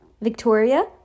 victoria